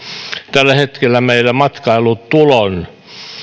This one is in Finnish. tällä hetkellä meidän matkailutulomme